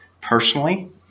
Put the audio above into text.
personally